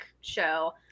show